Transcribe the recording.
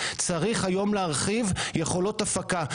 צריך היום להרחיב יכולות הפקה.